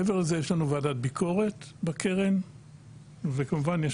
מעבר לזה יש לנו ועדת ביקורת וכמובן יש